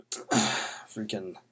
Freaking